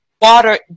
water